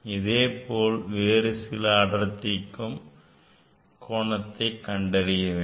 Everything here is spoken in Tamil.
இதேபோல் வேறு சில அடர்த்திக்கும் கோணத்தை கண்டறிய வேண்டும்